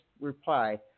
Reply